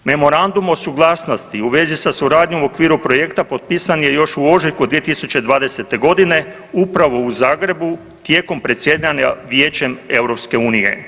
Memorandum o suglasnosti u vezi sa suradnjom u okviru projekta potpisan je još u ožujku 2020. g., upravo u Zagrebu tijekom predsjedanja Vijećem EU.